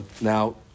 Now